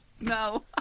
No